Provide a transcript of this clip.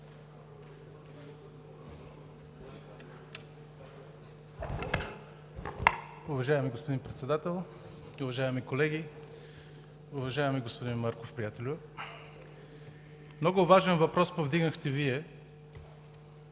Уважаеми господин Председател, уважаеми колеги! Уважаеми господин Марков, приятелю, много важен въпрос повдигнахте Вие.